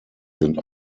sind